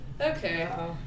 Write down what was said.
Okay